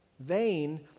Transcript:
Vain